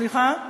סליחה?